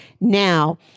Now